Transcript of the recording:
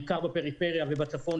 בעיקר בפריפריה ובצפון,